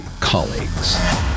colleagues